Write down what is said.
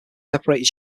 separated